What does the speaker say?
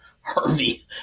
Harvey